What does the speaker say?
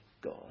God